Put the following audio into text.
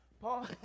Paul